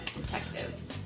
detectives